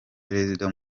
perezida